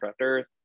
Earth